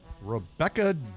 Rebecca